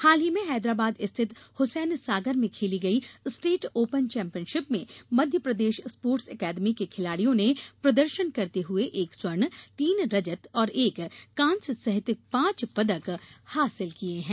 हाल ही में हैदराबाद स्थित हुसैन सागर में खेली गई स्टेट ओपन चैम्पियनशिप में मध्यप्रदेश स्पोर्टस अकादमी के खिलाड़ियों प्रदर्शन करते हुए एक स्वर्ण तीन रजत और एक कांस्य सहित पांच पदक हासिल किये है